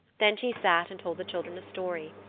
then she sat and told the children a story.